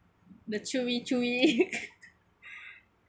the chewy chewy